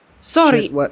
Sorry